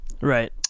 Right